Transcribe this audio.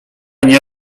nie